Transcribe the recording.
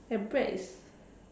and bread is